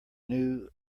new